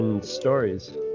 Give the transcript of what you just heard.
stories